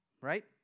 right